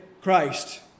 Christ